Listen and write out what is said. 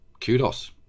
Kudos